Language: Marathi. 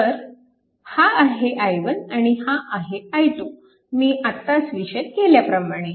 तर हा आहे i1 आणि हा आहे i2 मी आताच विशद केल्याप्रमाणे